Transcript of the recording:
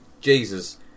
Jesus